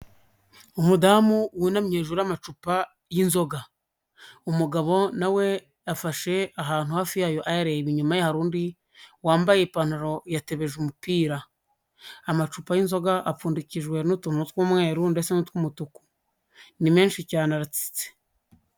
Umudamu wunamye hejuru y'amacupa y'inzoga, umugabo na we afashe ahantu hafi yayo ayareba inyuma inyuma ye hari undi wambaye ipantaro yatebeje umupira, amacupa y'inzoga apfundikijwe n'utuntu tw'umweru ndetse n'utw'umutuku, ni menshi cyane aratsitse.